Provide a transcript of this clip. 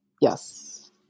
Yes